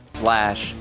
slash